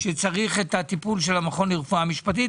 שצריך את הטיפול של המכון לרפואה משפטית.